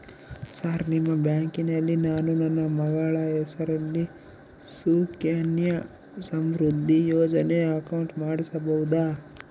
Sir ನಿಮ್ಮ ಬ್ಯಾಂಕಿನಲ್ಲಿ ನಾನು ನನ್ನ ಮಗಳ ಹೆಸರಲ್ಲಿ ಸುಕನ್ಯಾ ಸಮೃದ್ಧಿ ಯೋಜನೆ ಅಕೌಂಟ್ ಮಾಡಿಸಬಹುದಾ?